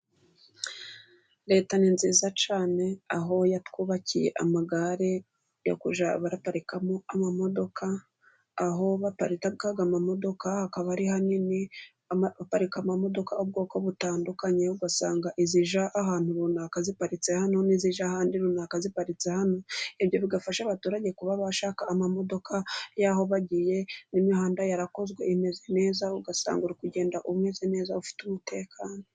Leta ni nziza cyane, aho yatwubakiye amagare yo kujya baraparikamo amamodoka, aho baparika amamodoka hakaba ari hanini, baparika amamodoka y'ubwoko butandukanye, ugasanga izijya ahantu runaka ziparitse hano, n'izijya ahandi runaka ziparitse hano. Ibyo bigafasha abaturage kuba bashaka amamodoka y'aho bagiye, n'imihanda yarakozwe imeze neza, ugasanga kugenda umeze neza ufite umutekano.